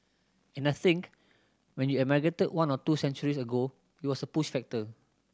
and I think when you emigrated one or two centuries ago it was a push factor